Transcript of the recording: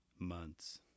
Months